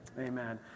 Amen